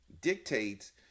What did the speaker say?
dictates